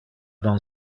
non